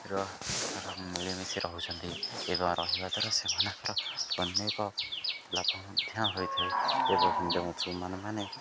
ର ମଳିମିଶି ରହୁଛନ୍ତି ଏବଂ ରହିବା ଦ୍ୱାରା ସେମାନଙ୍କର ଅନେକ ଲାଭ ମଧ୍ୟ ହୋଇଥାଏ ଏବଂ ମାନେ